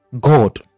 God